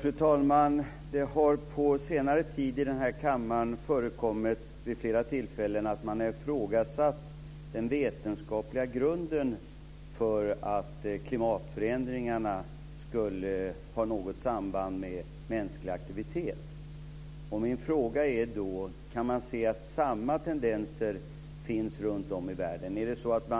Fru talman! Det har på senare tid i kammaren förekommit vid flera tillfällen att man har ifrågasatt den vetenskapliga grunden för att klimatförändringarna skulle ha något samband med mänsklig aktivitet. Min fråga är då: Kan man se att samma tendenser finns runtom i världen? Är det så att